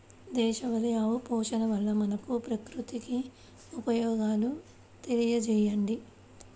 దేశవాళీ ఆవు పోషణ వల్ల మనకు, ప్రకృతికి ఉపయోగాలు తెలియచేయండి?